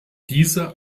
diese